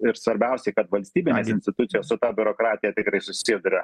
ir svarbiausiai kad valstybinės institucijos su ta biurokratija tikrai susiduria